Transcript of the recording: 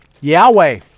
Yahweh